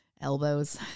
Elbows